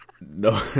No